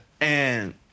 And-